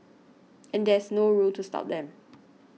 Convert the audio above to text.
and there's no rule to stop them